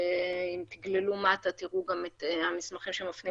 ואם תגללו מטה תראו גם את המסמכים שמפנים